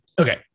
Okay